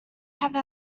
have